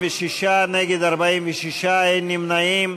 בעד, 66, נגד, 46, אין נמנעים.